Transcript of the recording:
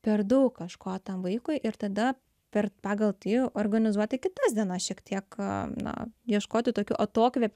per daug kažko tam vaikui ir tada per pagal tai organizuoti kitas dienas šiek tiek na ieškoti tokių atokvėpių